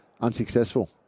unsuccessful